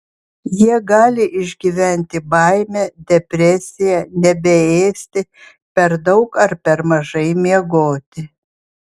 jie gali išgyventi baimę depresiją nebeėsti per daug ar per mažai miegoti